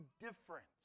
difference